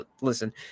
Listen